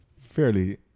fairly